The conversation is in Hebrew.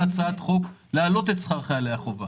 הצעת חוק להעלות את שכר חיילי החובה.